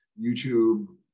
YouTube